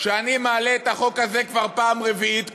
אני מעלה את החוק הזה כבר פעם רביעית,